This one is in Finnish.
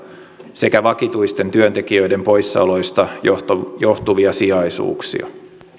sekä vakituisten työntekijöiden poissaoloista johtuvia johtuvia sijaisuuksia